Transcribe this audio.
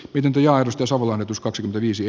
pidempi ja risto savolainen tuskaksi viisi